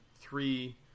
three